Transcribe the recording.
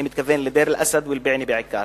אני מדבר על דיר-אל-אסד ובענה בעיקר.